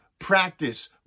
practice